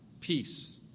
peace